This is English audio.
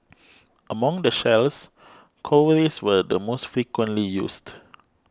among the shells cowries were the most frequently used